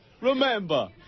remember